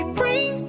bring